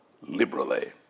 liberally